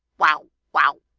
wow, wow